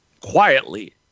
quietly